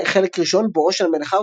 חלק ראשון - בואו של המלך ארתור,